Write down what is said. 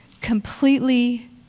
completely